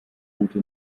route